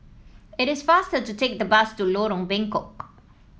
it is faster to take the bus to Lorong Bengkok